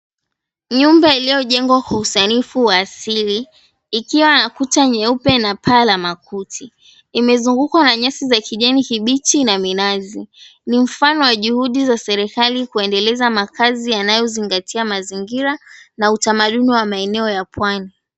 Nyumba iliyojengwa kwa usalifu wa asili ikiwa unakuta nyeupe na paa la makuti imezungukwa na nyasi za kijani kibichi na minazi ni mfano wa juhudi za serikali kuendeleza makazi yanayozingatia mazingira na utamaduni wa maeneo ya pwani.